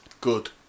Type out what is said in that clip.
Good